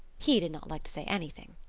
he did not like to say anything.